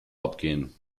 abgehen